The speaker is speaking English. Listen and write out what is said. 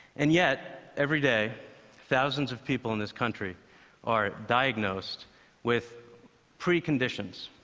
and yet, every day thousands of people in this country are diagnosed with preconditions.